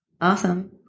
Awesome